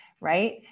right